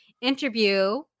interview